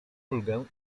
ulgę